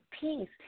peace